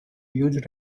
huge